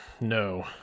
No